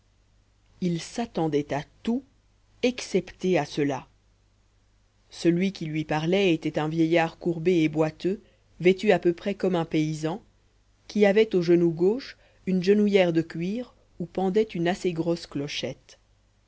il s'attendait à tout excepté à cela celui qui lui parlait était un vieillard courbé et boiteux vêtu à peu près comme un paysan qui avait au genou gauche une genouillère de cuir où pendait une assez grosse clochette